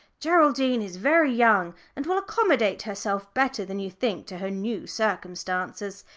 geraldine is very young, and will accommodate herself better than you think to her new circumstances.